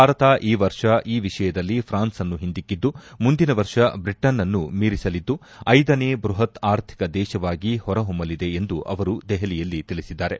ಭಾರತ ಈ ವರ್ಷ ಈ ವಿಷಯದಲ್ಲಿ ಫ್ರಾನ್ಸ್ ಅನ್ನು ಹಿಂದಿಕ್ಕಿದು ಮುಂದಿನ ವರ್ಷ ಬ್ರಿಟನ್ನು ಮೀರಿಸಲಿದ್ದು ನೇ ಬೃಹತ್ ಆರ್ಥಿಕ ದೇಶವಾಗಿ ಹೊರಹೊಮ್ನಲಿದೆ ಎಂದು ಅವರು ದೆಹಲಿಯಲ್ಲಿ ತಿಳಿಸಿದ್ದಾರೆ